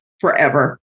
forever